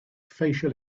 facial